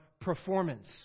performance